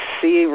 see